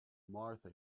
martha